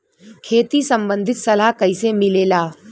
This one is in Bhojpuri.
खेती संबंधित सलाह कैसे मिलेला?